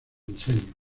diseño